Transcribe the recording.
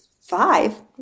five